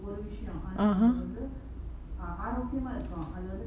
(uh huh)